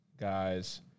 guys –